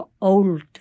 old